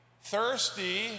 thirsty